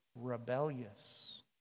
rebellious